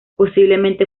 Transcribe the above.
posiblemente